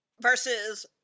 versus